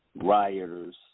rioters